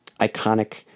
iconic